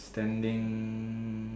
standing